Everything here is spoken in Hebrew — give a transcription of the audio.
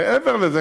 מעבר לזה,